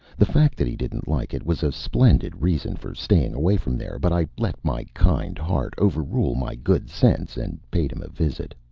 the fact that he didn't like it was a splendid reason for staying away from there, but i let my kind heart overrule my good sense and paid him a visit.